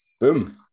Boom